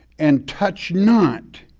and touch not,